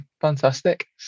fantastic